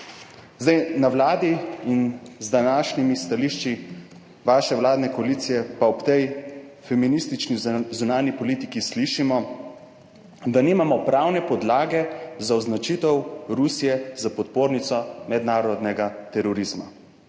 na Vladi in z današnjimi stališči vaše vladne koalicije pa ob tej feministični zunanji politiki slišimo, da nimamo pravne podlage za označitev Rusije s podpornico mednarodnega terorizma.